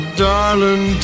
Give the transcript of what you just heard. darling